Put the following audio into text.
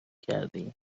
کردیم